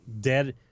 dead